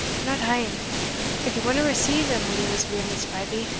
not ane if he wadna receive them when he was weel and sprightly,